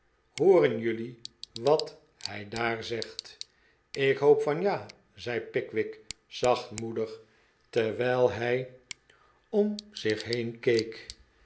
hooren jullie wat hij daar zegt ik hoop van ja zei pickwick zachtmoedig terwijl hij om zich heen keek